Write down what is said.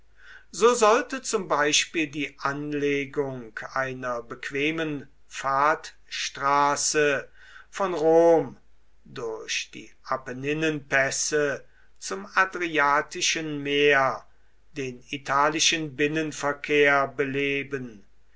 so sollte zum beispiel die anlegung einer bequemen fahrstraße von rom durch die apenninenpässe zum adriatischen meer den italischen binnenverkehr beleben